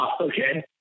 okay